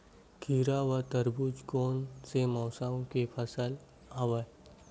खीरा व तरबुज कोन से मौसम के फसल आवेय?